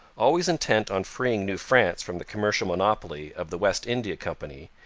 always intent on freeing new france from the commercial monopoly of the west india company,